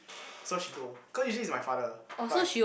so she go cause usually it's my father but he